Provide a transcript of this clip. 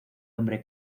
hombre